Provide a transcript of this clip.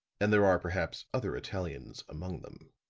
and there are perhaps other italians among them.